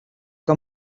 que